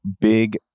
big